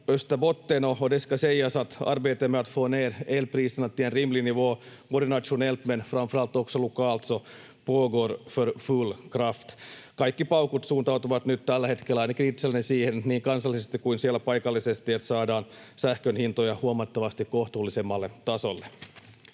Kaikki paukut suuntautuvat nyt tällä hetkellä ainakin itselläni siihen, niin kansallisesti kuin paikallisesti, että saadaan sähkön hintoja huomattavasti kohtuullisemmalle tasolle.